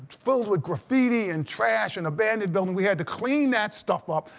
filled with graffiti and trash and abandoned buildings, we had to clean that stuff up,